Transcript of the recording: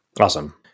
Awesome